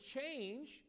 change